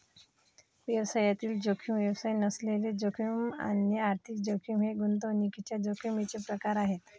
व्यवसायातील जोखीम, व्यवसाय नसलेली जोखीम आणि आर्थिक जोखीम हे गुंतवणुकीच्या जोखमीचे प्रकार आहेत